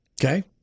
Okay